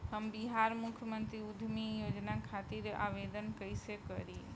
हम बिहार मुख्यमंत्री उद्यमी योजना खातिर आवेदन कईसे करी?